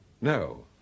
No